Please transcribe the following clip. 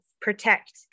protect